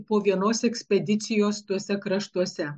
po vienos ekspedicijos tuose kraštuose